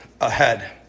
ahead